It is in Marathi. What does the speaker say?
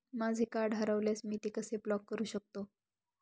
माझे कार्ड हरवल्यास मी ते कसे ब्लॉक करु शकतो?